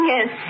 Yes